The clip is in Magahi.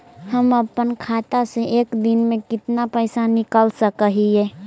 हम अपन खाता से एक दिन में कितना पैसा निकाल सक हिय?